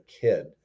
kid